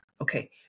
okay